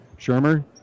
Shermer